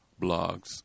blogs